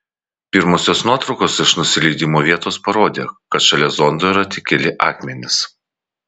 pirmosios nuotraukos iš nusileidimo vietos parodė kad šalia zondo yra tik keli akmenys